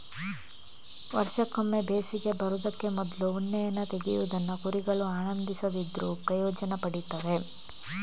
ವರ್ಷಕ್ಕೊಮ್ಮೆ ಬೇಸಿಗೆ ಬರುದಕ್ಕೆ ಮೊದ್ಲು ಉಣ್ಣೆಯನ್ನ ತೆಗೆಯುವುದನ್ನ ಕುರಿಗಳು ಆನಂದಿಸದಿದ್ರೂ ಪ್ರಯೋಜನ ಪಡೀತವೆ